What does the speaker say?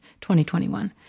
2021